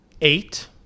eight